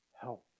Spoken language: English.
help